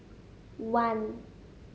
one